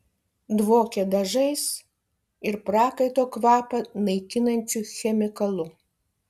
dvokė dažais ir prakaito kvapą naikinančiu chemikalu